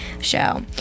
show